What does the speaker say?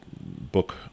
book